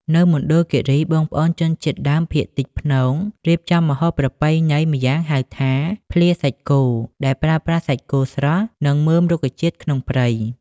នៅមណ្ឌលគិរី បងប្អូនជនជាតិដើមភាគតិចព្នង រៀបចំម្ហូបប្រពៃណីម្យ៉ាងហៅថា 'ភ្លាសាច់គោ' ដែលប្រើប្រាស់សាច់គោស្រស់ និងមើមរុក្ខជាតិក្នុងព្រៃ។